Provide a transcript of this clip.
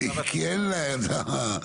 כי אין להם שם.